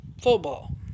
football